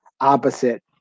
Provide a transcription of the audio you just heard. opposite